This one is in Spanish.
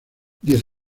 diez